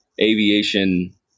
aviation